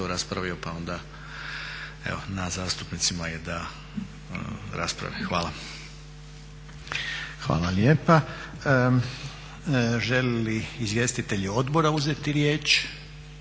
raspravio pa onda evo na zastupnicima je da rasprave. Hvala. **Reiner, Željko (HDZ)** Hvala lijepa. Želi li izvjestitelji odbora uzeti riječ?